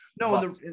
No